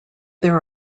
there